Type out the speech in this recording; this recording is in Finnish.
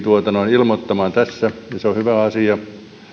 ilmoittamaan tässä ja se on hyvä asia